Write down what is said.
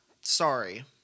sorry